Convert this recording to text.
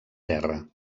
terra